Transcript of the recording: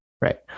right